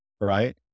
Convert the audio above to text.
right